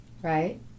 Right